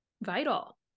vital